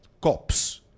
cops